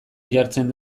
jartzen